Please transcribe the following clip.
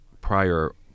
prior